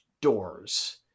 doors